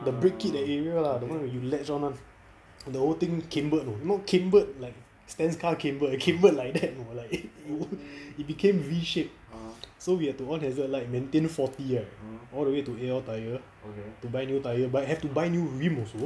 the break kit the area ah the one when you latch on [one] the whole thing cumbered not cumbered like stan's car cumbered cumbered like that like became V shaped so we have to on hazard light then maintain forty right all the way to A_L tire to buy new tire have to buy new rim also